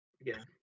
again